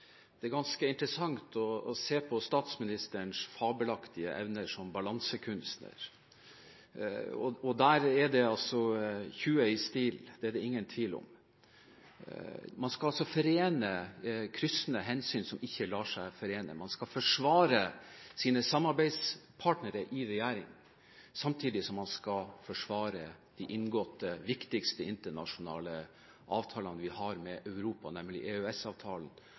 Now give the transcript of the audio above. ganske interessant å se på statsministerens fabelaktige evner som balansekunstner – der er det 20 i stil, det er det ingen tvil om. Man skal altså forene kryssende hensyn som ikke lar seg forene, man skal forsvare sine samarbeidspartnere i regjering samtidig som man skal forsvare de inngåtte viktigste internasjonale avtalene vi har med Europa, nemlig